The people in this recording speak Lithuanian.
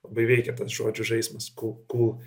labai veikia tas žodžių žaismas kul kul